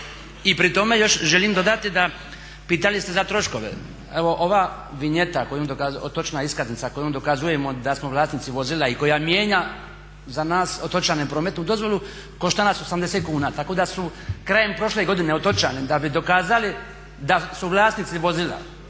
I pri tome još želim dodati da pitali ste za troškove. Evo ova vinjeta, otočna iskaznica kojom dokazujemo da smo vlasnici vozila i koja mijenja za nas otočane prometnu dozvolu košta nas 80 kuna, tako da su krajem prošle godine otočani da bi dokazali da su vlasnici vozila